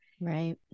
right